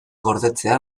gordetzea